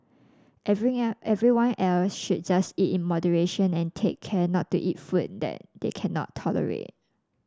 everyone else should just eat in moderation and take care not to eat food that they cannot tolerate